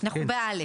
אנחנו בא'.